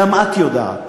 גם את יודעת,